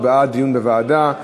הוא בעד דיון בוועדה,